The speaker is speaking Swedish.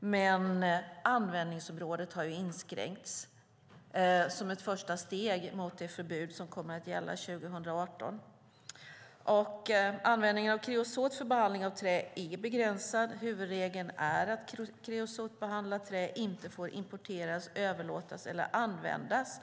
men användningsområdet har inskränkts som ett första steg mot det förbud som kommer att gälla 2018. Användningen av kreosot för behandling av trä är begränsad. Huvudregeln är att kreosotbehandlat trä inte får importeras, överlåtas eller användas.